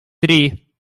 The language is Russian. три